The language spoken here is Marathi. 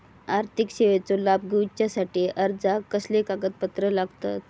आर्थिक सेवेचो लाभ घेवच्यासाठी अर्जाक कसले कागदपत्र लागतत?